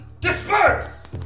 Disperse